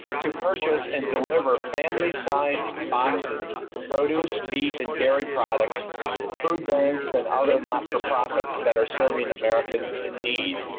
to purchase and deliver family-sized boxes of produce, meat and dairy products to ah food banks and other not-for-profits that are serving americans in need.